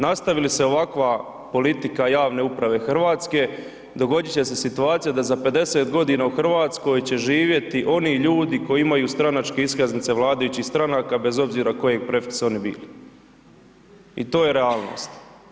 Nastavi li se ovakva politika javne uprave RH dogodit će se situacija da za 50.g. u RH će živjeti oni ljudi koji imaju stranačke iskaznice vladajućih stranaka bez obzira koje profesije oni bili i to je realnost.